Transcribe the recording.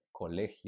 colegio